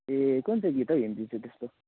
ए कुन चाहिँ गीत हौ हिन्दी चाहिँ त्यस्तो